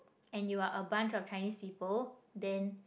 and you are a bunch of Chinese people then